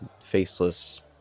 faceless